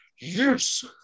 yes